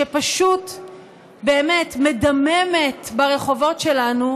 שפשוט מדממת ברחובות שלנו,